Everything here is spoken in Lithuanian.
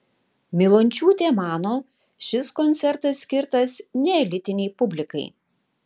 milončiūtė mano šis koncertas skirtas neelitinei publikai